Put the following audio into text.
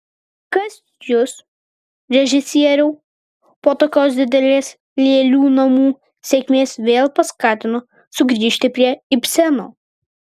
kas jus režisieriau po tokios didelės lėlių namų sėkmės vėl paskatino sugrįžti prie ibseno